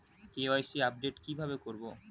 KYC update কি ভাবে করবো?